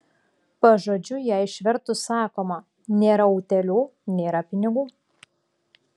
pažodžiui ją išvertus sakoma nėra utėlių nėra pinigų